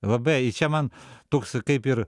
labai i čia man toks kaip ir